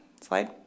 Slide